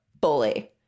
bully